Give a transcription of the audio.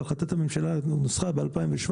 והחלטת הממשלה נוסחה ב-2017,